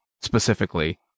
specifically